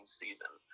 season